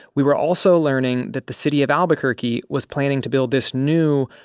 we were also learning that the city of albuquerque was planning to build this new,